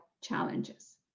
challenges